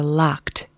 locked